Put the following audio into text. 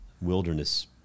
wilderness